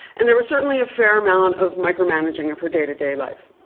and there was certainly a fair amount of micromanaging of her day-to-day life,